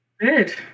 Good